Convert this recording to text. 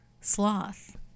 sloth